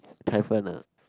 ah